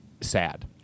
sad